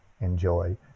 enjoy